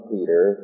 Peter